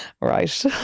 right